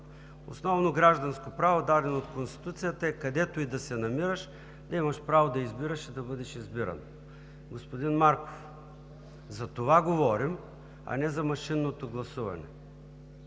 Основно гражданско право, дадено от Конституцията, е, където и да се намираш, да имаш право да избираш и да бъдеш избиран. Господин Марков, за това говорим, а не за машинното гласуване.